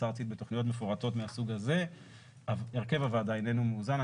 הארצית בתוכניות מפורטות מהסוג הזה הרכב הוועדה איננו מאוזן.